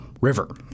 river